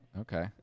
Okay